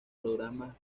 programas